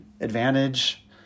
advantage